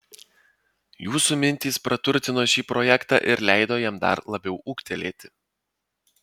jūsų mintys praturtino šį projektą ir leido jam dar labiau ūgtelėti